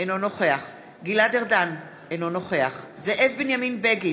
אינו נוכח גלעד ארדן, אינו נוכח זאב בנימין בגין,